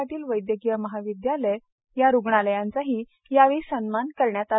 पाटील वैद्यकीय महाविद्यालय आणि रूग्णालयाचाही यावेळी सन्मान करण्यात आला